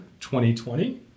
2020